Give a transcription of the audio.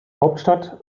hauptstadt